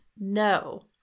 no